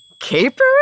Caper